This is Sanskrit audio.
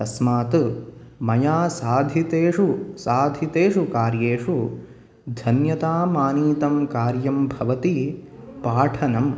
तस्मात् मया साधितेषु साधितेषु कार्येषु धन्यतां आनीतं कार्यं भवति पाठनं